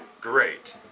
Great